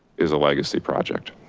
is a legacy project.